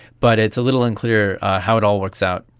but it's a little unclear how it all works out.